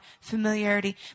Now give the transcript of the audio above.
familiarity